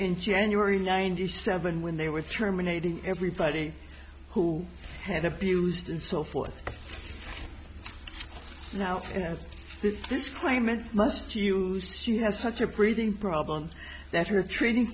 in january ninety seven when they were terminated everybody who had abused and so forth now that this claimant must use she has such a breathing problems that her treating